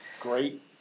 Great